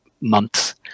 months